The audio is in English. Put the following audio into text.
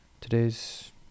today's